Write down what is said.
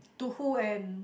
to who and